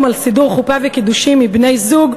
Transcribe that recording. על סידור חופה וקידושין מבני-זוג,